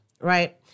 Right